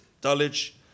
Dulwich